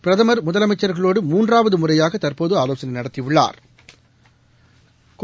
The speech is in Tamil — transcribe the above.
பிரதம் முதலமைச்ச்களோடு மூன்றாவதுமுறையாகதற்போதுஆலோசனைநடத்தியுள்ளாா்